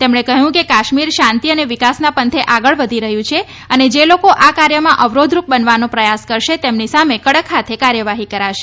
તેમણે કહ્યું કે કાશ્મીર શાંતિ અને વિકાસના પંથે આગળ વધી રહ્યું છે અને જે લોકો આ કાર્યમાં અવરોધરૂપ બનવાનો પ્રયાસ કરશે તેમની સામે કડક હાથે કાર્યવાહી કરાશે